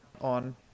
on